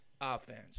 Offense